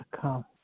come